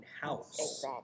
house